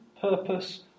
purpose